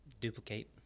duplicate